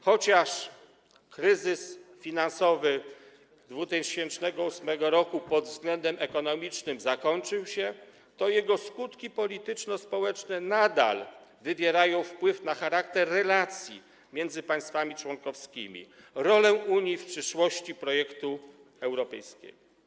Chociaż kryzys finansowy z 2008 r. pod względem ekonomicznym się zakończył, to jego skutki polityczno-społeczne nadal wywierają wpływ na charakter relacji między państwami członkowskimi, rolę Unii w przyszłości projektu europejskiego.